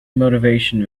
motivation